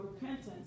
repentance